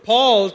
Paul